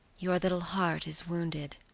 your little heart is wounded